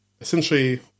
essentially